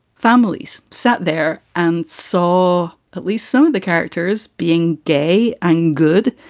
families sat there and saw at least some of the characters being gay and good.